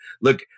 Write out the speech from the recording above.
look